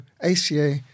ACA